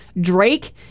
Drake